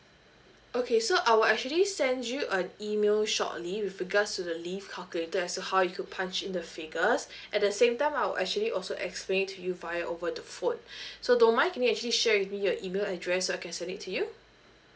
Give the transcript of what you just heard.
okay so I will actually send you an email shortly with regards to the leave calculator as well how you could punch in the figures at the same time I'll actually also explain to you via over the phone so don't mind can you actually share with me your email address so I can send it to you